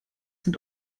sind